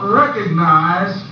recognize